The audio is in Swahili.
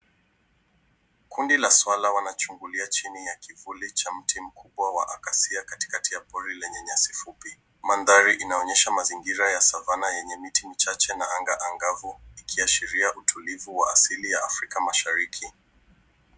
Kundi la swara wanachungulia chini ya kivuli cha mti mkubwa wa akasia katikati ya pori lenye nyasi fupi. Mandhari inaonyesha mazingira ya Savana yenye miti michache na anga angavu ikiashiria utulivu wa asili ya Afrika Mashariki.